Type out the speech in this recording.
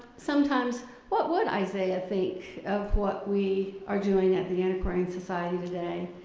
sometimes what would isaiah think of what we are doing at the antiquarian society today?